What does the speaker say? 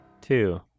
two